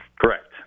Correct